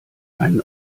einen